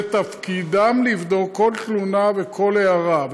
זה תפקידם לבדוק כל תלונה וכל הערה,